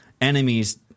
Enemies